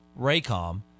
Raycom